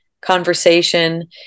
conversation